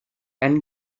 and